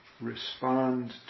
respond